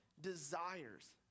desires